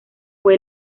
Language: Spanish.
fue